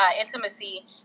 intimacy